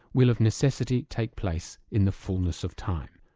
will of necessity take place in the fullness of time.